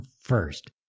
first